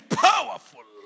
powerful